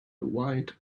white